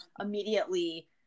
immediately